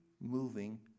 moving